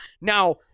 Now